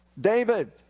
David